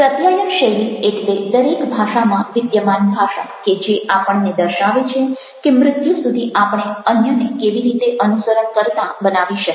પ્રત્યાયન શૈલી એટલે દરેક ભાષામાં વિદ્યમાન ભાષા કે જે આપણને દર્શાવે છે કે મૃત્યુ સુધી આપણે અન્યને કેવી રીતે અનુસરણ કરતા બનાવી શકીએ